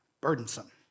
burdensome